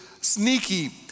sneaky